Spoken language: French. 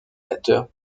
dessinateur